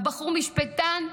והבחור משפטן,